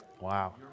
Wow